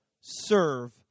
serve